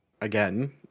again